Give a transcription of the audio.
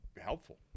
helpful